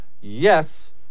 Yes